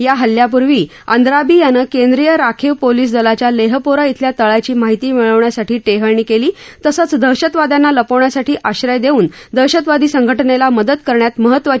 या हल्ल्यापूर्वी अंद्राबी यानं केंद्रीय राखीव पोलीस दलाच्या लेहपोरा शिल्या तळाची माहिती मिळवण्यासाठी टेहळणी केली तसंच दहशतवाद्यांना लपवण्यासाठी आश्रय देऊन दहशतवादी संघटनेला मदत करण्यात महत्तवाची भूमिका बजावली